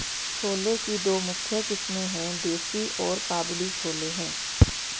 छोले की दो मुख्य किस्में है, देसी और काबुली छोले हैं